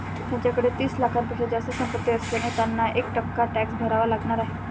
त्यांच्याकडे तीस लाखांपेक्षा जास्त संपत्ती असल्याने त्यांना एक टक्का टॅक्स भरावा लागणार आहे